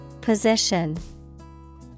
Position